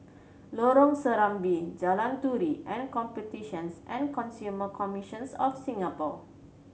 Lorong Serambi Jalan Turi and Competitions and Consumer Commissions of Singapore